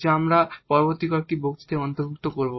যা আমরা পরবর্তী কয়েকটি বক্তৃতায় অন্তর্ভুক্ত করব